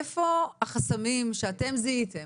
איפה החסמים שאתם זיהיתם?